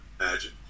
imagine